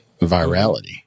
virality